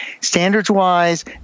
Standards-wise